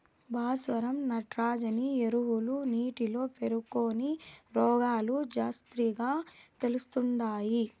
భాస్వరం నత్రజని ఎరువులు నీటిలో పేరుకొని రోగాలు జాస్తిగా తెస్తండాయి